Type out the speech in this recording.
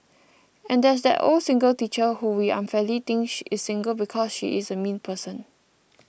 and there's that old single teacher who we unfairly think is single because she's a mean person